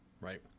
right